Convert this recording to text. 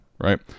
Right